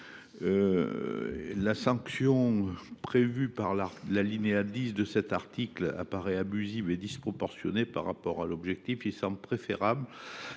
La sanction prévue par l’alinéa 10 de cet article apparaît à la fois abusive et disproportionnée par rapport à l’objectif visé. Il semble préférable